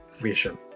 vision